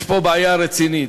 יש פה בעיה רצינית,